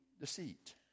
Deceit